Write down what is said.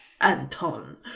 Anton